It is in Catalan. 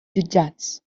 jutjats